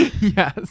Yes